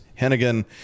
hennigan